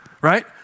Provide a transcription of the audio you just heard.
right